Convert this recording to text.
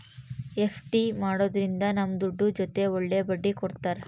FD ಮಾಡೋದ್ರಿಂದ ನಮ್ ದುಡ್ಡು ಜೊತೆ ಒಳ್ಳೆ ಬಡ್ಡಿ ಕೊಡ್ತಾರ